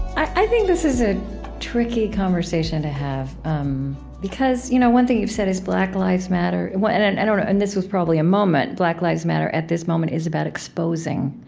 i think this is a tricky conversation to have um because you know one thing you've said is black lives matter and and and and and this was probably a moment black lives matter at this moment is about exposing.